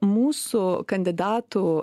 mūsų kandidatų